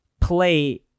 play